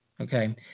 Okay